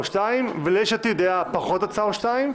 שתיים וליש עתיד הייתה פחות הצעה או שתיים,